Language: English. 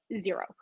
zero